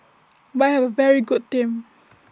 but I have A very good team